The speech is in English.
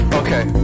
okay